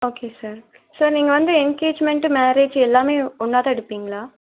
okay sir sir நீங்கள் வந்து engagement marriage எல்லாமே ஒன்றாதான் எடுப்பீங்களா